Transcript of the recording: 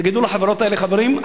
תגידו לחברות האלה: חברים,